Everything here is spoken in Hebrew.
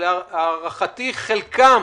אבל הערכתי, חלקם